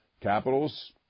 Capitals